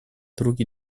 drugi